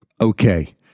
Okay